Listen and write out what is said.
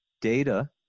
data